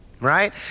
right